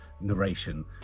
Narration